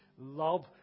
love